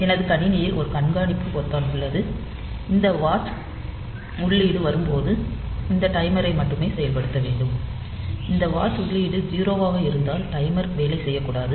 எனது கணினியில் ஒரு கண்காணிப்பு பொத்தான் உள்ளது இந்த வாட்ச் உள்ளீடு வரும்போது இந்த டைமரை மட்டுமே செயல்படுத்த வேண்டும் இந்த வாட்ச் உள்ளீடு 0 ஆக இருந்தால் டைமர் வேலை செய்யக்கூடாது